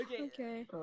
Okay